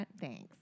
Thanks